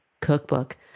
cookbook